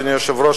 אדוני היושב-ראש,